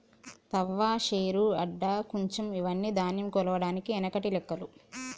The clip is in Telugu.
తవ్వ, శేరు, అడ్డ, కుంచం ఇవ్వని ధాన్యం కొలవడానికి ఎనకటి లెక్కలు